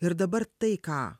ir dabar tai ką